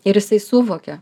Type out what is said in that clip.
ir jisai suvokia